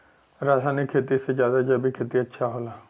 रासायनिक खेती से ज्यादा जैविक खेती अच्छा होला